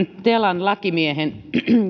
telan lakimiehen